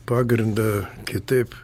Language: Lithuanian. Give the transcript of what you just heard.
pagrindą kitaip